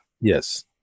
Yes